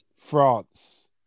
France